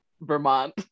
vermont